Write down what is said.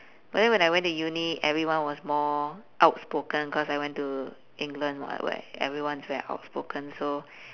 but then when I went to uni everyone was more outspoken cause I went to england [what] where everyone's very outspoken so